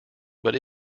but